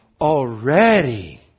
already